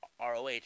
ROH